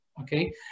okay